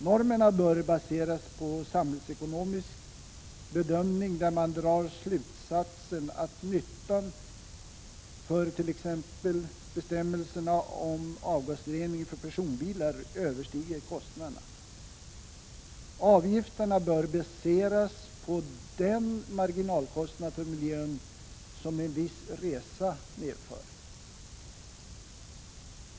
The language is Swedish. Normerna bör baseras på en samhällsekonomisk bedömning där man drar slutsatsen att nyttan, av t.ex. bestämmelserna om avgasrening för personbilar, överstiger kostnaderna. Avgifterna bör baseras på den marginalkostnad för miljön som en viss resa medför.